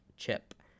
chip